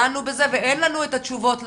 דנו בזה ואין לנו את התשובות לזה,